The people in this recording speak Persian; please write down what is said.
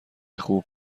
خوب